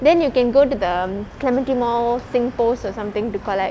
then you can go to the um clementi mall SingPost or something to collect